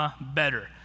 Better